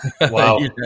Wow